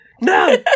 no